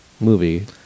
movie